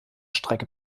strecke